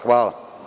Hvala.